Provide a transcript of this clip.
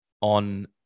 on